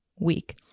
week